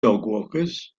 dogwalkers